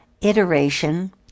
iteration